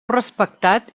respectat